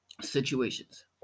situations